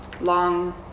long